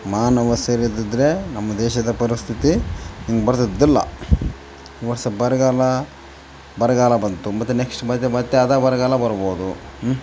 ಮಾನವ ಸರಿಯಿದಿದ್ರೆ ನಮ್ಮ ದೇಶದ ಪರಿಸ್ಥಿತಿ ಹಿಂಗೆ ಬರ್ತಿದ್ದಿಲ್ಲ ಈ ವರ್ಷ ಬರಗಾಲ ಬರಗಾಲ ಬಂತು ಮತ್ತು ನೆಕ್ಸ್ಟ್ ಮತ್ತು ಮತ್ತು ಅದು ಬರಗಾಲ ಬರ್ಬೌದು ಹ್ಞೂ